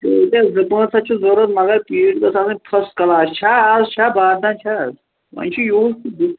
پیٹیٚس زٕ پانٛژھ ہَتھ چھِ ضروٗرت مگر پیٖٹۍ گٔژھ آسٕنۍ فٔسٹ کلاس چھا اَز چھا باتھاہ چھا اَز وۄنۍ چھُ یِہُس